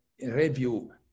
review